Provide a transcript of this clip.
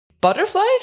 Butterflies